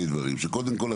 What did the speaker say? שקודם כל,